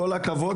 כשלמדתי שם,